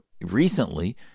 recently